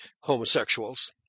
homosexuals